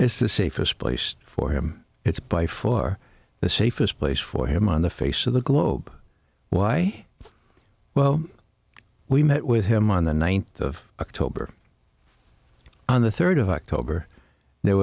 is the safest place for him it's by far the safest place for him on the face of the globe why well we met with him on the ninth of october on the third of october there